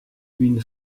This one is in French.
une